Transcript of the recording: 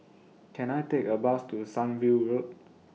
Can I Take A Bus to Sunview Road